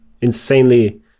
insanely